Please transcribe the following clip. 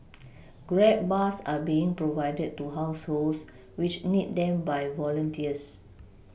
grab bars are being provided to households which need them by volunteers